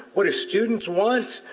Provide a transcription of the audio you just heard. what do students want.